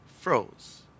froze